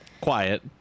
Quiet